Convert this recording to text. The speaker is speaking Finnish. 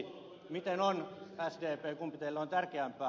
miten on sdp kumpi teille on tärkeämpää